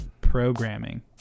programming